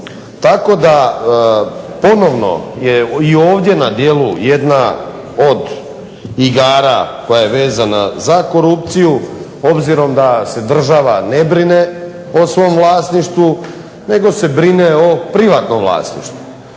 Tako da ponovno je i ovdje na djelu jedna od igara koja je vezana za korupciju obzirom da se država ne brine o svom vlasništvu nego se brine o privatnom vlasništvu.